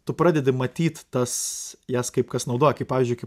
tu pradedi matyt tas jas kaip kas naudoja kaip pavyzdžiui kaip